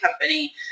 company